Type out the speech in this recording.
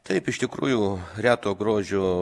taip iš tikrųjų reto grožio